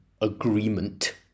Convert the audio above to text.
agreement